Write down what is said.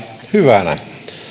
hyvänä